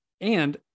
And-